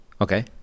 Okay